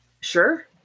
Sure